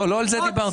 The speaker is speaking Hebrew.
לא על זה דיברתי.